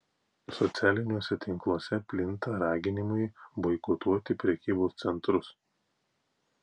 socialiniuose tinkluose plinta raginimai boikotuoti prekybos centrus